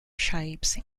shapes